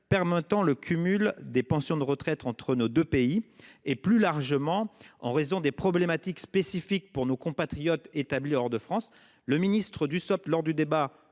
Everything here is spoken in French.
permettant le cumul des pensions de retraite entre nos deux pays. Plus largement, en raison des problématiques spécifiques rencontrées par nos compatriotes établis hors de France, lors du débat